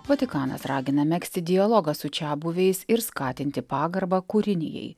vatikanas ragina megzti dialogą su čiabuviais ir skatinti pagarbą kūrinijai